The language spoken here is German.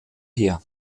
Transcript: her